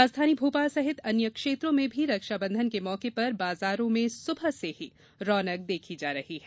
राजधानी भोपाल सहित अन्य क्षेत्रों में भी रक्षा बंधन के मौके पर बाजारों में सुबह से ही रौनक देखी जा रही है